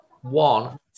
one